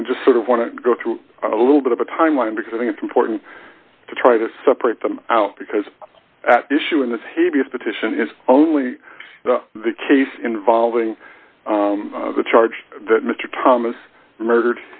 and i just sort of want to go through a little bit of a timeline because i think it's important to try to separate them out because at issue in this hideous petition is only the case involving the charge that mr thomas murdered